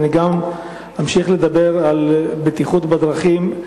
אני אמשיך ואדבר על בטיחות בדרכים.